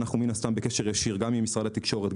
מן הסתם אנחנו בקשר ישיר גם עם משרד התקשורת,